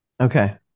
Okay